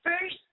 first